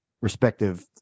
respective